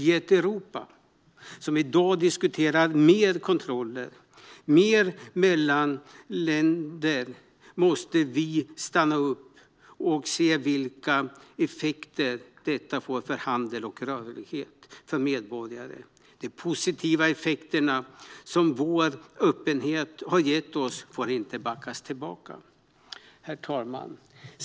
I ett Europa som i dag diskuterar fler kontroller mellan länder måste vi stanna upp och se vilka effekter detta får för handel och rörlighet för medborgare. De positiva effekter som vår öppenhet har gett oss får inte pressas tillbaka. Herr talman!